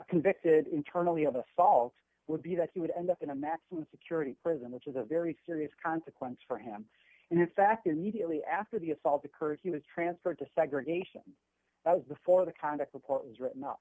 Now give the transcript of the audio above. convicted internally of assault would be that he would end up in a maximum security prison which is a very serious consequence for him and in fact immediately after the assault occurred he was transferred to segregation that was before the conduct report was written up